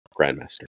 Grandmaster